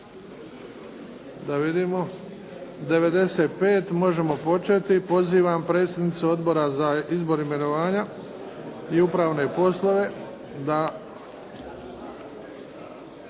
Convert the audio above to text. Da vidimo, 95. Možemo početi. Pozivam predsjednicu Odbora za izbor i imenovanja i upravne poslove da